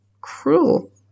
cruel